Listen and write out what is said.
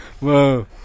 Whoa